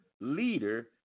leader